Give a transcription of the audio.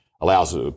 allows